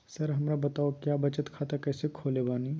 Sir हमरा बताओ क्या बचत खाता कैसे खोले बानी?